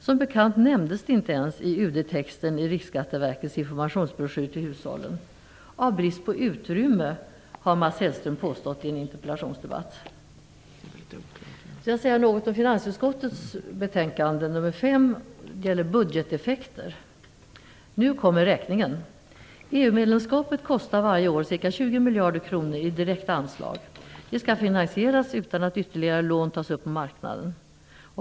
Som bekant nämndes det inte ens i Jag vill också säga något om finansutskottets betänkande 5. Det gäller budgeteffekter. Nu kommer räkningen. EU-medlemskapet kostar varje år ca 20 miljarder kronor i direkta anslag. Det skall finansieras utan att ytterligare lån tas upp på marknaden.